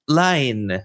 line